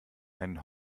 einen